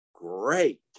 great